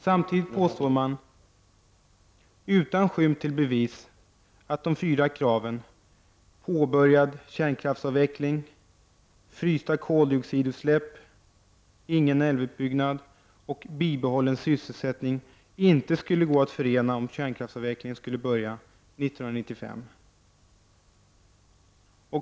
Samtidigt påstår man utan skymt till bevis att de fyra kraven — påbörjad kärnkraftsavveckling, frysta koldioxidutsläpp, ingen älvutbyggnad och bibehållen sysselsättning inte skulle gå att förena om kärnkraftsavvecklingen skulle börja 1995.